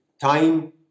time